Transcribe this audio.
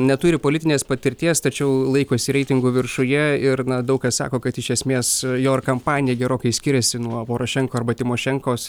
neturi politinės patirties tačiau laikosi reitingų viršuje ir na daug kas sako kad iš esmės jo ir kampanija gerokai skiriasi nuo porošenko arba tymošenkos